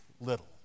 little